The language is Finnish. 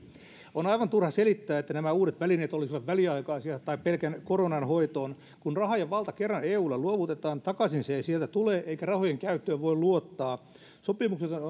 on aivan turha selittää että nämä uudet välineet olisivat väliaikaisia tai pelkän koronan hoitoon kun raha ja valta kerran eulle luovutetaan takaisin se ei sieltä tule eikä rahojen käyttöön voi luottaa sopimuksia